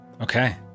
Okay